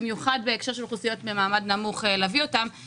בעיקר בהקשר של אוכלוסיות ממעמד נמוך להביא אותם,